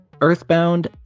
earthbound